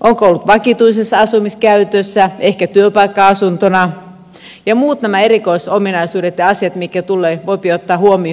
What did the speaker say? onko ollut vakituisessa asumiskäytössä ehkä työpaikka asuntona ja nämä muut erikoisominaisuudet ja asiat mitkä tulevat voidaan ottaa huomioon tässä energiankulutuksessa